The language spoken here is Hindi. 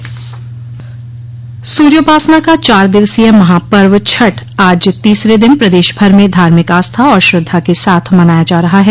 सूर्योपासना का चार दिवसीय महापर्व छठ आज तीसरे दिन प्रदेश भर में धार्मिक आस्था और श्रद्धा के साथ मनाया जा रहा है